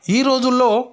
ఈ రోజుల్లో